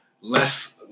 less